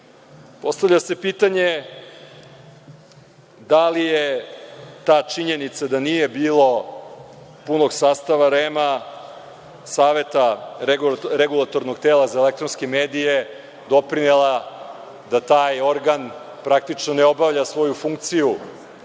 predlogu. Postavlja se pitanje - da li je ta činjenica da nije bilo punog sastava REM, Saveta regulatornog tela za elektronske medije, doprinela da taj organ praktično ne obavlja svoju funkciju